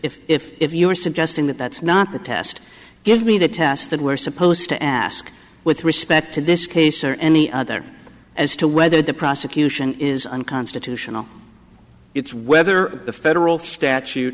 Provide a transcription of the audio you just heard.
if if if you're suggesting that that's not the test give me the test that we're supposed to ask with respect to this case or any other as to whether the prosecution is unconstitutional it's whether the federal statute